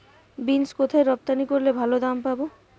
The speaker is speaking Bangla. বিন্স কোথায় রপ্তানি করলে ভালো দাম পাব?